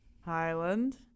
Highland